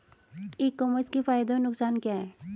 ई commerce के फायदे और नुकसान क्या हैं?